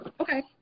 Okay